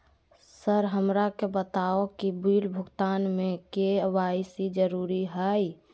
Sir हमरा के बताओ कि बिल भुगतान में के.वाई.सी जरूरी हाई?